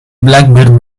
blackbird